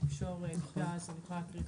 תקשורת וכולי.